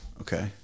Okay